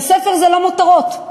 וספר זה לא מותרות,